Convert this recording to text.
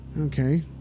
Okay